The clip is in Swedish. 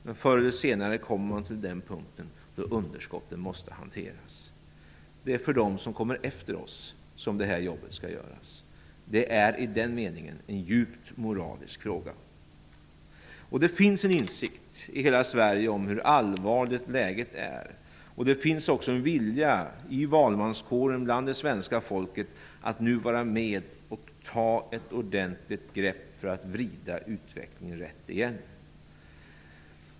Men förr eller senare kommer man till den punkten då underskotten måste hanteras. Det är för dem som kommer efter oss som jobbet skall göras. Det är i den meningen en djupt moralisk fråga. Det finns en insikt i hela Sverige om hur allvarligt läget är. Det finns också en vilja i valmanskåren, bland det svenska folket, att nu vara med och ta ett ordentligt grepp för att vrida utvecklingen rätt igen.